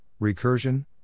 recursion